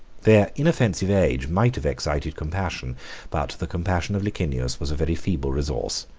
their inoffensive age might have excited compassion but the compassion of licinius was a very feeble resource,